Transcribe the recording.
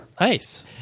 Nice